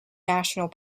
national